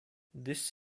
this